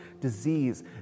disease